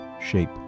shape